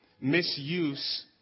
misuse